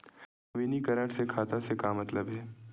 नवीनीकरण से खाता से का मतलब हे?